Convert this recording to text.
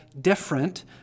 different